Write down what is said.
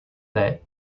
the